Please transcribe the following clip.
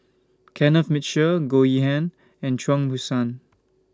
Kenneth Mitchell Goh Yihan and Chuang Hui Tsuan